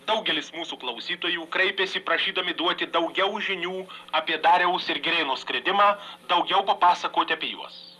daugelis mūsų klausytojų kreipėsi prašydami duoti daugiau žinių apie dariaus ir girėno skridimą daugiau papasakoti apie juos